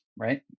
right